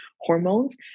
hormones